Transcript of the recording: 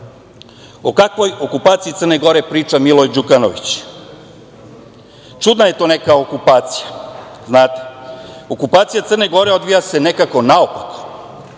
kakvoj okupaciji Crne Gore priča Milo Đukanović? Čudan je to neka okupacija, znate. Okupacija Crne Gore odvija se nekako naopako,